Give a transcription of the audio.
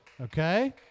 Okay